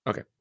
Okay